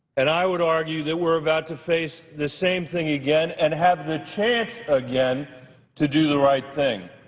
and i would argue that we're about to face the same thing again and have the chance again to do the right thing,